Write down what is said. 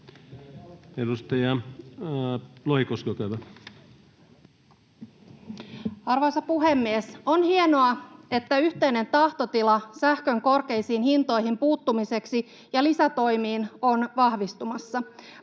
Arvoisa puhemies! On hienoa, että yhteinen tahtotila sähkön korkeisiin hintoihin puuttumiseksi ja lisätoimiin on vahvistumassa.